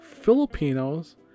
Filipinos